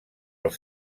els